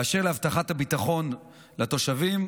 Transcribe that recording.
באשר להבטחת הביטחון לתושבים,